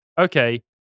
okay